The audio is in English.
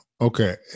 Okay